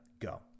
Go